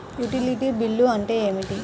Utility bill అంటే ఏమిటి?